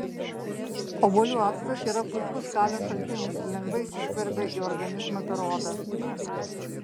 obuolių actas yra puikus kalio šaltinis ir lengvai įsiskverbia į organizmą per odą